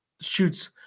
shoots